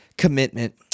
commitment